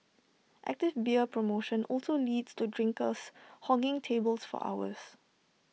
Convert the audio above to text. active beer promotion also leads to drinkers hogging tables for hours